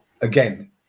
again